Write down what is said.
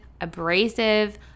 abrasive